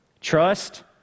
Trust